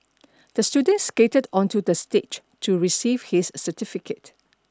the student skated onto the stage to receive his certificate